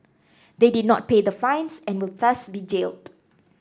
they did not pay the fines and will thus be jailed